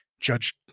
Judge